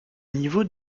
niveau